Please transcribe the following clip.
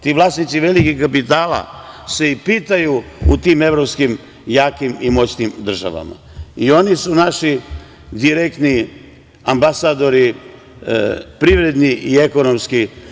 Ti vlasnici velikih kapitala se i pitaju u tim evropskim jakim i moćnim državama i oni su naši direktni ambasadori privredni i ekonomski.